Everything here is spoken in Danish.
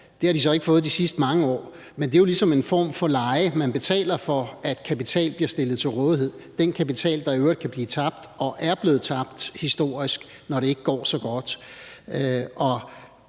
Det har de så ikke fået de sidste mange år. Men det er jo ligesom en form for leje, man betaler for, at kapital blev stillet til rådighed – den kapital, der i øvrigt kan blive tabt og er blevet tabt historisk, når det ikke går så godt.